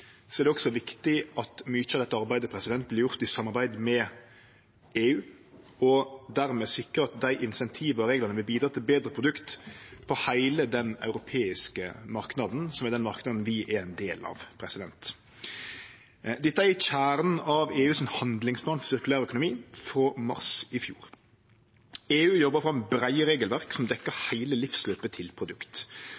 er det også viktig at mykje av dette arbeidet vert gjort i samarbeid med EU, og dermed sikre at dei insentiva og reglane vil bidra til betre produkt i heile den europeiske marknaden, som er den marknaden vi er ein del av. Dette er kjernen av handlingsplanen til EU for sirkulær økonomi frå mars i fjor. EU jobbar fram breie regelverk som